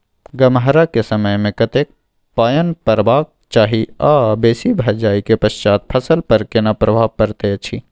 गम्हरा के समय मे कतेक पायन परबाक चाही आ बेसी भ जाय के पश्चात फसल पर केना प्रभाव परैत अछि?